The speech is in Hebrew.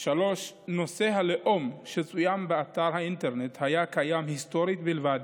נושא הלאום שצוין באתר האינטרנט היה קיים היסטורית בלבד,